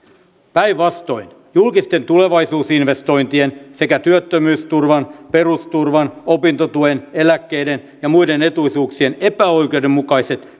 päinvastoin julkisten tulevaisuusinvestointien sekä työttömyysturvan perusturvan opintotuen eläkkeiden ja muiden etuisuuksien epäoikeudenmukaiset